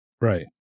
Right